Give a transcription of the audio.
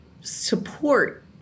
support